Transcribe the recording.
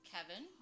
Kevin